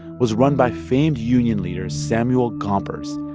was run by famed union leader samuel gompers,